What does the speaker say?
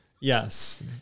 yes